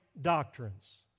doctrines